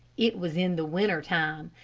it was in the winter time.